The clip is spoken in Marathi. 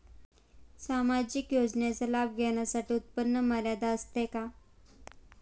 सामाजिक योजनांचा लाभ घेण्यासाठी उत्पन्न मर्यादा असते का?